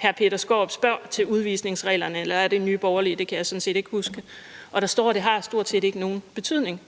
set ikke huske – spørger til udvisningsreglerne, og der står, at det stort set ikke har nogen betydning,